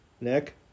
Nick